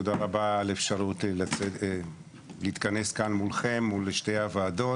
תודה רבה על האפשרות להתכנס כאן מול שתי הוועדות.